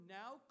now